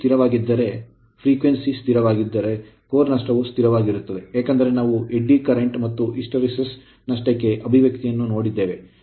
voltage ಸ್ಥಿರವಾಗಿದ್ದರೆ ಮತ್ತು frequency ಆವರ್ತನವು ಸ್ಥಿರವಾಗಿದ್ದರೆ ಕೋರ್ ನಷ್ಟವು ಸ್ಥಿರವಾಗಿದೆ ಏಕೆಂದರೆ ನಾವು ಎಡ್ಡಿ ಕರೆಂಟ್ ಮತ್ತು ಹಿಸ್ಟರೆಸಿಸ್ ನಷ್ಟಕ್ಕೆ ಅಭಿವ್ಯಕ್ತಿಯನ್ನು ನೋಡಿದ್ದೇವೆ